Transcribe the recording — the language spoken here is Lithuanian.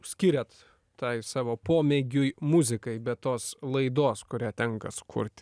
skiriat tai savo pomėgiui muzikai be tos laidos kurią tenka sukurti